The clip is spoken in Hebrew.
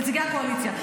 נציגי הקואליציה.